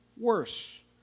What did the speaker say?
worse